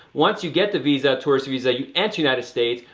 once you get the visa, tourist visa, you and united states,